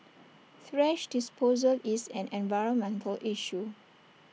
thrash disposal is an environmental issue